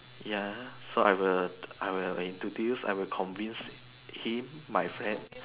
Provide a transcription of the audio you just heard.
ya so I will I will introduce I will convince him my friend